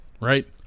right